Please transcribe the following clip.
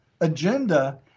agenda